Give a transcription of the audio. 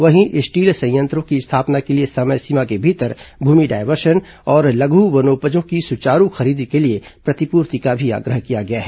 वहीं स्टील संयंत्रों की स्थापना के लिए समय सीमा के भीतर भूमि डायवर्शन और लघ् वनोपजों की सुचारू खरीदी के लिए प्रतिपूर्ति का आग्रह भी किया गया है